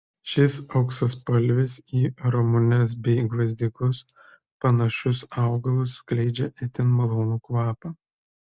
šis auksaspalvis į ramunes bei gvazdikus panašus augalas skleidžia itin malonų kvapą